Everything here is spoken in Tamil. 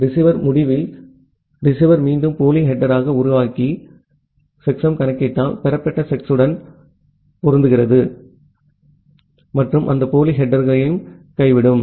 ரிசீவர் முடிவில் ரிசீவர் மீண்டும் போலி ஹெட்டெர்உருவாக்கி செக்சம் கணக்கிட்டால் பெறப்பட்ட செக்ஸுடன் பொருந்துகிறது மற்றும் அந்த போலி ஹெட்டெர்கைவிடும்